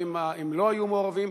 ואם הם לא היו מעורבים.